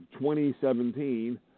2017